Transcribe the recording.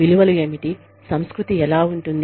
విలువలు ఏమిటి సంస్కృతి ఎలా ఉంటుంది